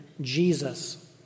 Jesus